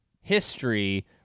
history